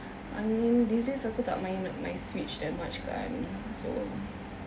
I mean these days aku tak main my switch that much kan so